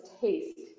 taste